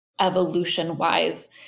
evolution-wise